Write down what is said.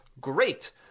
Great